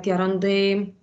tie randai